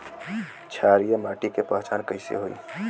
क्षारीय माटी के पहचान कैसे होई?